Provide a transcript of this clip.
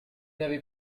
n’avez